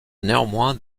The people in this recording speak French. néanmoins